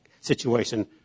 situation